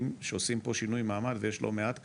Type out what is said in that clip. שעושים פה שינוי מעמד ויש לא מעט כאלה,